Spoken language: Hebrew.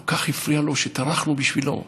כל כך הפריע לו שטרחנו בשבילו.